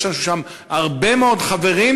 יש לנו שם הרבה מאוד חברים,